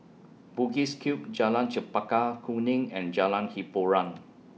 Bugis Cube Jalan Chempaka Kuning and Jalan Hiboran